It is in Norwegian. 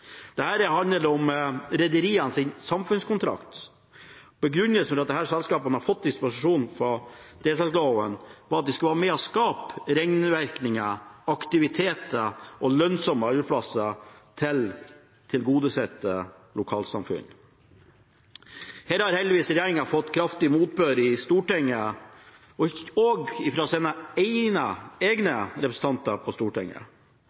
handler om rederienes samfunnskontrakt. Begrunnelsen for at disse selskapene har fått dispensasjon fra deltakerloven, er at de skal være med og skape ringvirkninger, aktivitet og lønnsomme arbeidsplasser til tilgodesette lokalsamfunn. Her har regjeringen heldigvis fått kraftig motbør i Stortinget, også fra sine